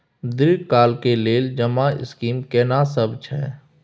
दीर्घ काल के लेल जमा स्कीम केना सब छै?